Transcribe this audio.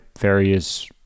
various